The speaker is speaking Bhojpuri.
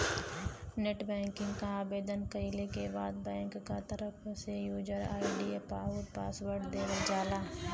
नेटबैंकिंग क आवेदन कइले के बाद बैंक क तरफ से यूजर आई.डी आउर पासवर्ड देवल जाला